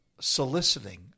soliciting